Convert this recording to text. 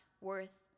worth